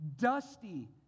dusty